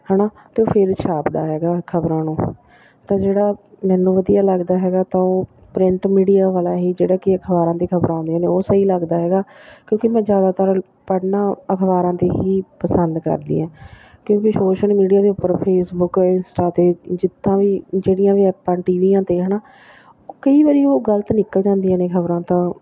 ਹੈ ਨਾ ਅਤੇ ਫਿਰ ਛਾਪਦਾ ਹੈਗਾ ਖ਼ਬਰਾਂ ਨੂੰ ਅਤੇ ਜਿਹੜਾ ਮੈਨੂੰ ਵਧੀਆ ਲੱਗਦਾ ਹੈਗਾ ਤਾਂ ਉਹ ਪ੍ਰਿੰਟ ਮੀਡੀਆ ਵਾਲਾ ਹੀ ਜਿਹੜਾ ਕਿ ਅਖਬਾਰਾਂ ਦੀ ਖ਼ਬਰ ਆਉਂਦੇ ਨੇ ਉਹ ਸਹੀ ਲੱਗਦਾ ਹੈਗਾ ਕਿਉਂਕਿ ਮੈਂ ਜ਼ਿਆਦਾਤਰ ਪੜ੍ਹਨਾ ਅਖਬਾਰਾਂ 'ਤੇ ਹੀ ਪਸੰਦ ਕਰਦੀ ਹਾਂ ਕਿਉਂਕਿ ਸੋਸ਼ਲ ਮੀਡੀਆ ਦੇ ਉੱਪਰ ਫੇਸਬੁੱਕ ਇੰਸਟਾ 'ਤੇ ਜਿੱਦਾਂ ਵੀ ਜਿਹੜੀਆਂ ਵੀ ਆਪਾਂ ਟੀਵੀਆਂ 'ਤੇ ਹੈ ਨਾ ਉਹ ਕਈ ਵਾਰ ਉਹ ਗਲਤ ਨਿੱਕਲ ਜਾਂਦੀ ਨੇ ਖ਼ਬਰਾਂ ਤਾਂ